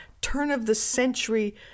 turn-of-the-century